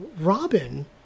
Robin